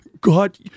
God